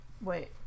Wait